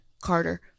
Carter